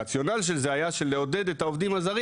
הרציונל של זה היה לעודד את העובדים הזרים